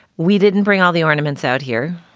we didn't bring all the ornaments out here.